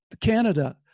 Canada